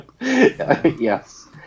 Yes